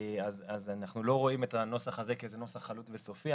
אז אנחנו לא רואים את הנוסח הזה כנוסח חלוט וסופי.